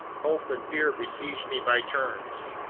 hope and fear besieged me by turns.